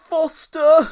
Foster